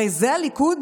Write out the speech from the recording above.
הרי, זה הליכוד?